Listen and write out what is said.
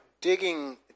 digging